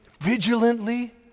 vigilantly